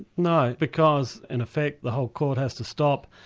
no. because in effect the whole court has to stop,